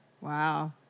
Wow